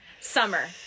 Summer